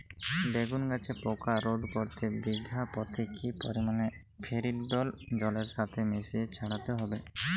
বেগুন গাছে পোকা রোধ করতে বিঘা পতি কি পরিমাণে ফেরিডোল জলের সাথে মিশিয়ে ছড়াতে হবে?